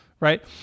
right